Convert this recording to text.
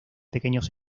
pequeños